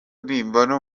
nimbona